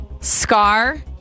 Scar